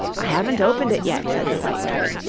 i haven't opened it yet said the white rabbit,